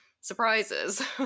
surprises